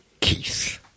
Keith